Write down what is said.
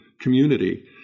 community